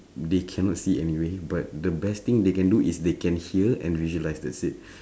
they cannot see anyway but the best thing they can do is they can hear and visualise that's it